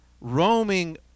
roaming